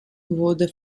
wurde